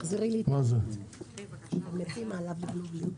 הוא מבקש כזה דבר,